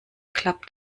klappt